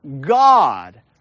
God